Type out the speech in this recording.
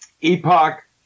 Epoch